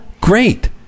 Great